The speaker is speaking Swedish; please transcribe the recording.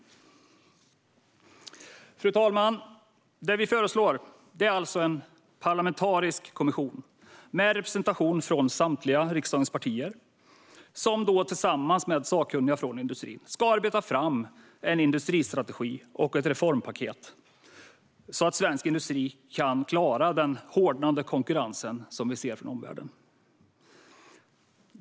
Fru talman! Det vi föreslår är alltså en parlamentarisk kommission med representation från riksdagens samtliga partier, som tillsammans med sakkunniga från industrin ska arbeta fram en industristrategi och ett reformpaket så att svensk industri kan klara den hårdnande konkurrensen från omvärlden.